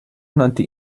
nannte